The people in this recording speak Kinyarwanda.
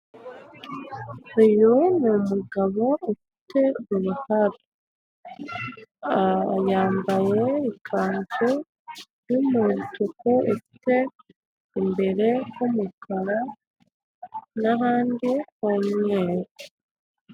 Uyu ni umugabo ufite ubwanwa yambaye ikanzu y'umutuku ufite imbere h'umukara n'ahandi h'umweru.